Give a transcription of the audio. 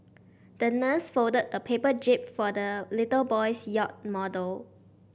the nurse folded a paper jib for the little boy's yacht model